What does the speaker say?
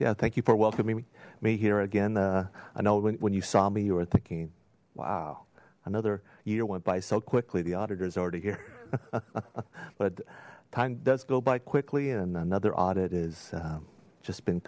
yeah thank you for welcoming me here again i know when you saw me you were thinking wow another year went by so quickly the auditors already here but time does go by quickly and another audit is just been